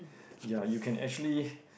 ya you can actually